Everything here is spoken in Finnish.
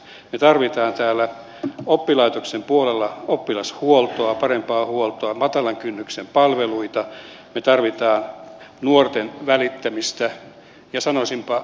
me tarvitsemme täällä oppilaitoksen puolella oppilashuoltoa parempaa huoltoa matalan kynnyksen palveluita me tarvitsemme nuorista välittämistä ja sanoisinpa rakastamista sanan laajassa mielessä